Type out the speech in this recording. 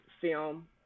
film